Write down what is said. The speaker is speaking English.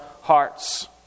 hearts